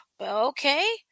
Okay